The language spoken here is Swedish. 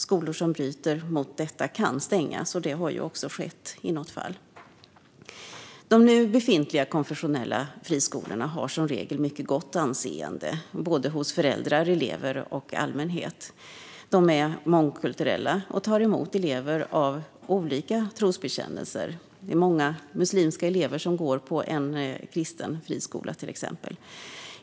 Skolor som bryter mot detta kan stängas, och det har också skett i något fall. De nu befintliga konfessionella friskolorna har som regel ett mycket gott anseende hos föräldrar, elever och allmänhet. De är mångkulturella och tar emot elever av olika trosbekännelser. Det är många muslimska elever som går på en kristen friskola, till exempel.